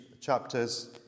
chapters